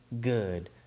good